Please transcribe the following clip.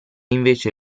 invece